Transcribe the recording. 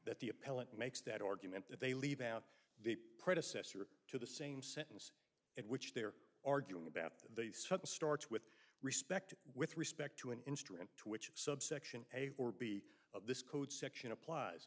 that the appellant makes that argument that they leave out the predecessor to the same sentence in which they are arguing about the storage with respect with respect to an instrument to which subsection a or b of this code section applies